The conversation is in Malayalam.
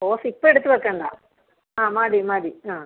റോസാ ഇപ്പോൾ എടുത്ത് വെക്കേണ്ട ആ മതി മതി ആ